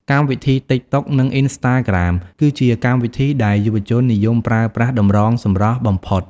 កម្មវិធីតីកតុក និង អុីនស្តាក្រាម គឺជាកម្មវិធីដែលយុវជននិយមប្រើប្រាស់តម្រងសម្រស់បំផុត។